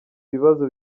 bibazo